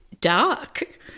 dark